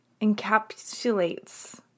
encapsulates